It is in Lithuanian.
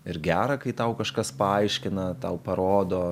ir gera kai tau kažkas paaiškina tau parodo